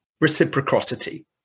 reciprocity